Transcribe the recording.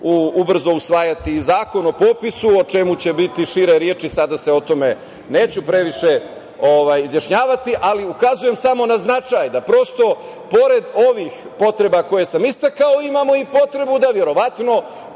ubrzo usvajati i Zakon o popisu, o čemu će biti šire reči, sada se o tome neću previše izjašnjavati, ali ukazujem samo na značaj da prosto pored ovih potreba koje sam istakao imamo i potrebu da verovatno